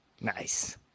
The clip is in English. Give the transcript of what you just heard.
Nice